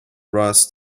rust